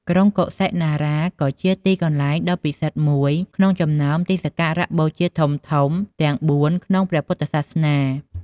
ក្រុងកុសិនារា ក៏ជាទីកន្លែងដ៏ពិសិដ្ឋមួយក្នុងចំណោមទីសក្ការបូជាធំៗទាំងបួនក្នុងព្រះពុទ្ធសាសនា។